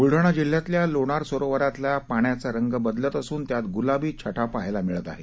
बुलढाणा जिल्ह्यातल्या लोणार सरोवरातल्या पाण्याचा रंग बदलत असून त्यात गुलाबी छटा पहायला मिळत आहे